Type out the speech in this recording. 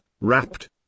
wrapped